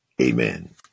amen